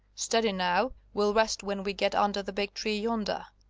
steady now, we'll rest when we get under the big tree yonder.